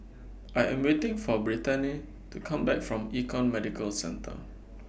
I Am waiting For Brittanie to Come Back from Econ Medical Centre